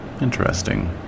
Interesting